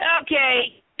Okay